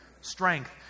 Strength